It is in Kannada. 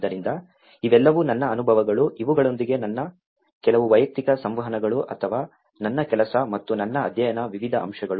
ಆದ್ದರಿಂದ ಇವೆಲ್ಲವೂ ನನ್ನ ಅನುಭವಗಳು ಇವುಗಳೊಂದಿಗೆ ನನ್ನ ಕೆಲವು ವೈಯಕ್ತಿಕ ಸಂವಹನಗಳು ಅಥವಾ ನನ್ನ ಕೆಲಸ ಮತ್ತು ನನ್ನ ಅಧ್ಯಯನದ ವಿವಿಧ ಅಂಶಗಳು